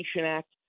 Act